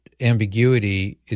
ambiguity